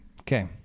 Okay